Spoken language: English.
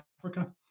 Africa